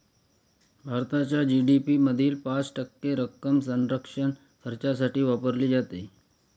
भारताच्या जी.डी.पी मधील पाच टक्के रक्कम संरक्षण खर्चासाठी वापरली जाते